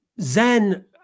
Zen